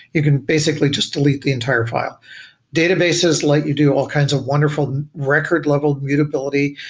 you can basically just delete the entire file databases like you do all kinds of wonderful record-level mutability,